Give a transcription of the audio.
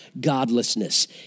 godlessness